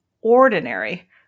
ordinary